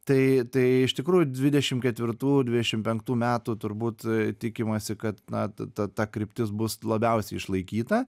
tai tai iš tikrųjų dvidešim ketvirtų dvidešim penktų metų turbūt tikimasi kad na ta ta kryptis bus labiausiai išlaikyta